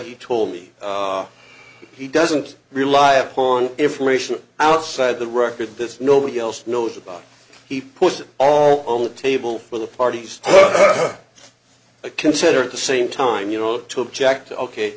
he told me he doesn't rely upon information outside the record this nobody else knows about he puts it all on the table for the parties to consider the same time you know to object ok